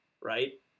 right